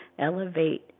elevate